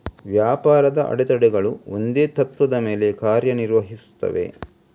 ವ್ಯಾಪಾರದ ಅಡೆತಡೆಗಳು ಒಂದೇ ತತ್ತ್ವದ ಮೇಲೆ ಕಾರ್ಯ ನಿರ್ವಹಿಸುತ್ತವೆ